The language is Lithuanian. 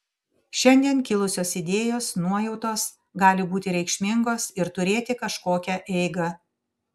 šiandien kilusios idėjos nuojautos gali būti reikšmingos ir turėti kažkokią eigą